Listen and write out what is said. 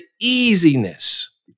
easiness